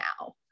now